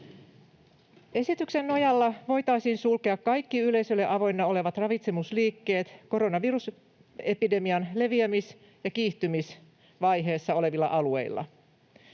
Esityksen nojalla voitaisiin sulkea kaikki yleisölle avoinna olevat ravitsemusliikkeet koronavirusepidemian leviämis- ja kiihtymisvaiheessa olevilla alueilla.